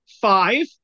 five